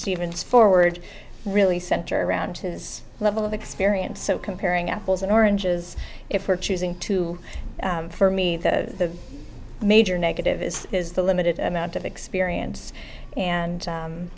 stevens forward really centered around his level of experience so comparing apples and oranges if we're choosing to for me the major negative is is the limited amount of experience and